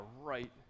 right